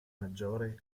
maggiore